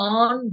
on